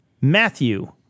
Matthew